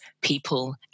people